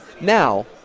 Now